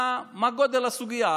מה גודל הסוגיה,